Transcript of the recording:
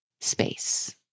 space